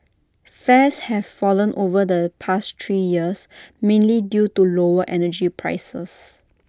fares have fallen over the past three years mainly due to lower energy prices